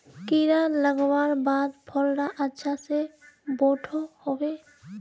कीड़ा लगवार बाद फल डा अच्छा से बोठो होबे?